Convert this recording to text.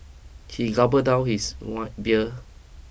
he gulped down his one beer